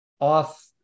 off